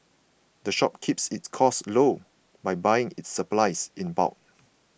the shop keeps its costs low by buying its supplies in bulk